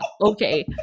Okay